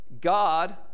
God